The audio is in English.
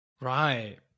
Right